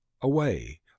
away